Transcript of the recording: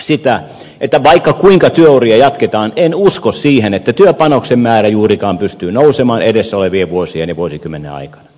sitä että vaikka kuinka työuria jatketaan en usko siihen että työpanoksen määrä juurikaan pystyy nousemaan edessä olevien vuosien ja vuosikymmenen aikana